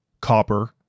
copper